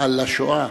על השואה,